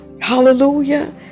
hallelujah